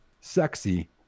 sexy